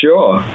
Sure